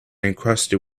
encrusted